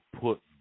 put